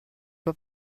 pas